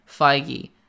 Feige